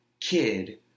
kid